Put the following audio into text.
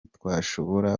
twashobora